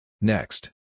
next